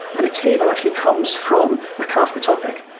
and a table actually comes from a kafka topic.